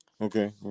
Okay